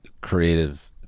creative